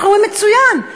אנחנו אומרים: מצוין,